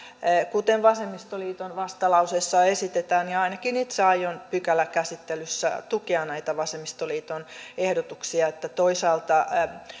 kuten vasemmistoliiton vastalauseessa esitetään ja ainakin itse aion pykäläkäsittelyssä tukea näitä vasemmistoliiton ehdotuksia että toisaalta